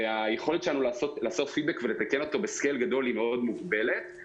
והיכולת שלנו לתת משוב ולתקן אותו בהיקף גדול היא מוגבלת מאוד.